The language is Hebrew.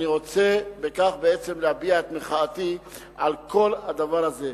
אני רוצה בכך בעצם להביע את מחאתי על כל הדבר הזה,